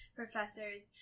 professors